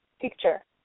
Picture